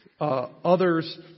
others